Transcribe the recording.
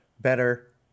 better